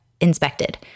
inspected